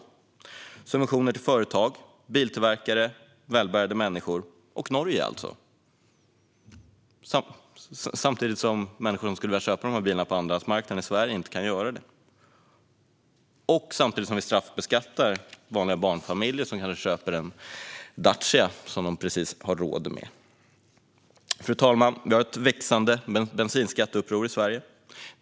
Subventionerna går alltså till företag, biltillverkare, välbärgade människor och till Norge, samtidigt som de människor som skulle vilja köpa dessa bilar på andrahandsmarknaden i Sverige inte kan göra det. Dessutom straffbeskattar vi vanliga barnfamiljer som kanske köper en Dacia som de precis har råd med. Fru talman! Vi har ett växande bensinskatteuppror i Sverige.